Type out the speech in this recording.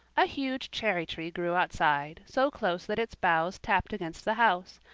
a huge cherry-tree grew outside, so close that its boughs tapped against the house,